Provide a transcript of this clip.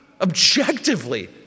Objectively